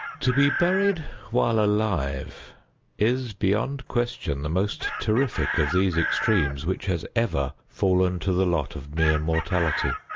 to be buried while alive is, beyond question, the most terrific of these extremes which has ever fallen to the lot of mere mortality.